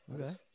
Okay